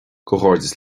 comhghairdeas